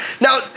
Now